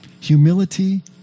Humility